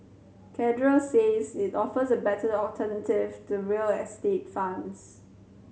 cadre says it offers a better alternative to real estate funds